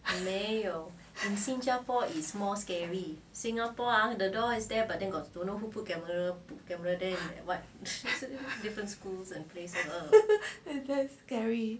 very scary